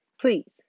Please